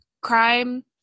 crime